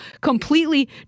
completely